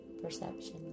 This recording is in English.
perception